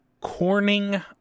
Corning